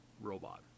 robot